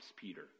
Peter